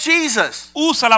Jesus